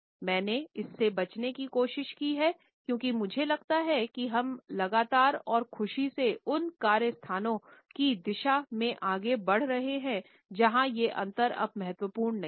मैंने इससे बचने की कोशिश की है क्योंकि मुझे लगता है कि हम लगातार और खुशी से उन कार्य स्थानों की दिशा में आगे बढ़ रहे हैं जहां ये अंतर अब महत्वपूर्ण नहीं हैं